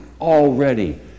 already